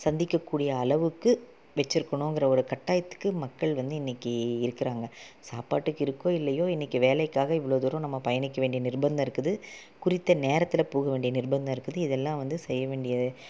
சந்திக்கக்கூடிய அளவுக்கு வச்சிருக்கணுங்கிற ஒரு கட்டாயத்துக்கு மக்கள் வந்து இன்னைக்கு இருக்குறாங்க சாப்பாட்டுக்கு இருக்கோ இல்லையோ இன்னைக்கு வேலைக்காக இவ்வளோ தூரம் நம்ம பயணிக்க வேண்டிய நிர்பந்தம் இருக்குது குறித்த நேரத்தில் போக வேண்டிய நிர்பந்தம் இருக்குது இதெல்லாம் வந்து செய்ய வேண்டிய